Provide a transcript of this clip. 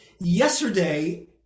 yesterday